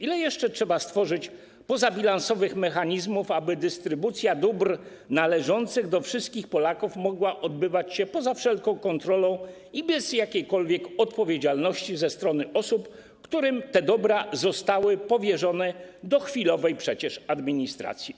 Ile jeszcze trzeba stworzyć pozabilansowych mechanizmów, aby dystrybucja dóbr należących do wszystkich Polaków mogła odbywać się poza wszelką kontrolą i bez jakiejkolwiek odpowiedzialności ze strony osób, którym te dobra zostały przecież chwilowo powierzone do administracji?